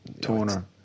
Toner